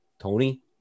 Tony